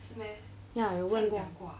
ya 我问过